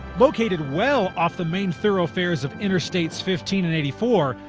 located well off the main thoroughfares of interstates fifteen and eighty four,